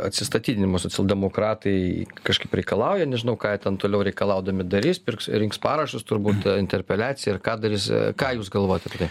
atsistatydinimo socialdemokratai kažkaip reikalauja nežinau ką jie ten toliau reikalaudami darys pirks rinks parašus turbūt interpeliaciją ar ką darys ką jūs galvojat apie tai